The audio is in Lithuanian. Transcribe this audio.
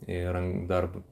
ir dar